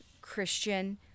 Christian